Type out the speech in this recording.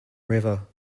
river